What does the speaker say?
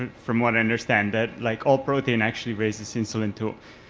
ah from what i understand, that, like all protein, actually raises insulin too.